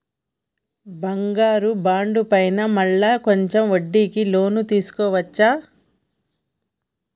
బంగారు బాండు పైన మళ్ళా కొంచెం వడ్డీకి లోన్ తీసుకోవచ్చా?